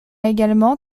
également